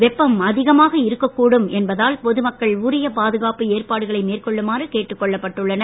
வெப்பம் அதிகமாக இருக்கக்கூடும் என்பதால் பொதுமக்கள் உரிய பாதுகாப்பு ஏற்பாடுகளை மேற்கொள்ளுமாறு கேட்டுக் கொள்ளப்பட்டுள்ளனர்